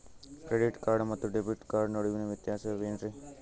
Credit card ಮತ್ತು debit card ನಡುವಿನ ವ್ಯತ್ಯಾಸ ವೇನ್ರೀ?